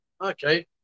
Okay